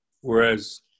whereas